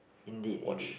indeed indeed